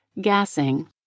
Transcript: Gassing